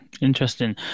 Interesting